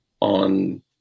on